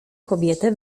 kobietę